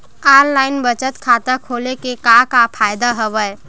online बचत खाता खोले के का का फ़ायदा हवय